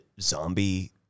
zombie